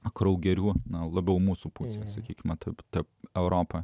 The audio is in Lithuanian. kraugerių na labiau mūsų pusės sakykime tarp ta europa